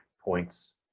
points